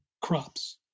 crops